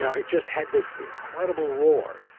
so it just had this incredible roar.